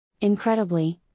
Incredibly